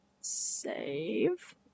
save